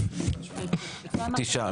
תשעה.